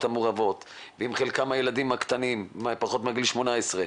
המעורבות ואם בחלקן יש ילדים שקטנים מגיל 18,